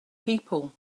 people